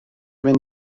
mynd